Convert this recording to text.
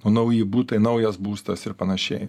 o nauji butai naujas būstas ir panašiai